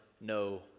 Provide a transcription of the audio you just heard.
no